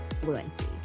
fluency